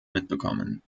mitbekommen